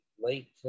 late